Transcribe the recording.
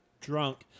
drunk